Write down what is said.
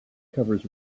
covers